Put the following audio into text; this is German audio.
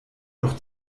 doch